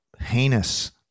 heinous